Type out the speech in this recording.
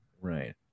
right